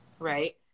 right